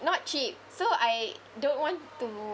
not cheap so I don't want to